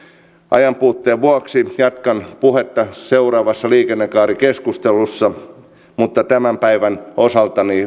ajan puutteen vuoksi jatkan puhetta seuraavassa liikennekaarikeskustelussa mutta tämän päivän osalta